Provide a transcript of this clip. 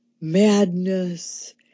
madness